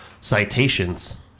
citations